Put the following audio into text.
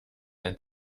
ein